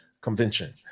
convention